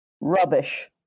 Rubbish